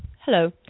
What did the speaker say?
Hello